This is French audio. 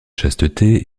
chasteté